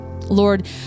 Lord